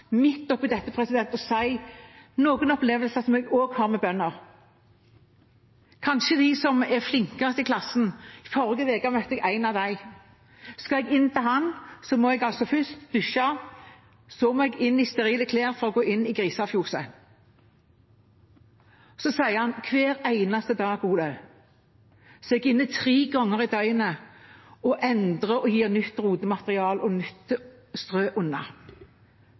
dette å nevne noen opplevelser som jeg også har med bønder, kanskje de som er flinkest i klassen. Forrige uke møtte jeg en av dem. Skal jeg inn til ham, må jeg først dusje, så må jeg inn i sterile klær for å gå inn i grisefjøset. Så sier han: Hver eneste dag, Olaug, tre ganger i døgnet, er jeg inne og endrer og gir nytt rotematerial og nytt strø